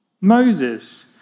Moses